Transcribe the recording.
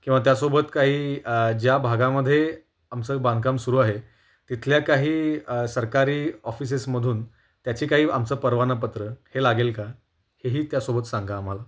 किंवा त्यासोबत काही ज्या भागामध्ये आमचं बांधकाम सुरू आहे तिथल्या काही सरकारी ऑफिसेसमधून त्याचे काही आमचं परवाना पत्र हे लागेल का हेही त्यासोबत सांगा आम्हाला